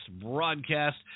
broadcast